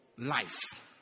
Life